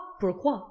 pourquoi